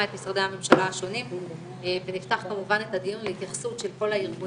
משרדי הממשלה השונים ונפתח כמובן את הדיון להתייחסות של כל הארגונים,